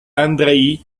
andreï